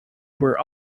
were